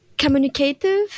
communicative